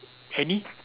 any